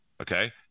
okay